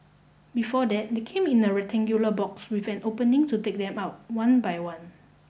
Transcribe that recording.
before that they came in a rectangular box with an opening to take them out one by one